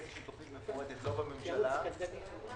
אנחנו יוצרים לא רק את מסגרת ההוצאה במזומן בפועל אלא